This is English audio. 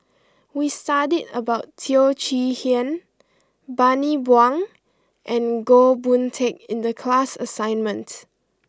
we studied about Teo Chee Hean Bani Buang and Goh Boon Teck in the class assignment